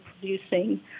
producing